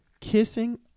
kissing